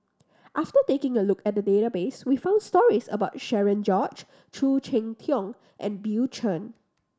after taking a look at the database we found stories about Cherian George Khoo Cheng Tiong and Bill Chen